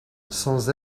sans